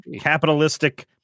capitalistic